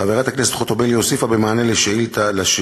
חברת הכנסת חוטובלי הוסיפה במענה על השאילתה